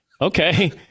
okay